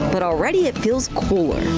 but already it feels cool.